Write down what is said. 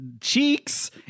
cheeks